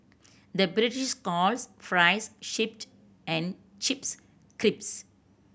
the British calls fries and chips crisps